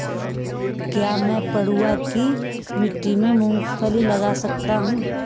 क्या मैं पडुआ की मिट्टी में मूँगफली लगा सकता हूँ?